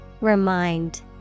Remind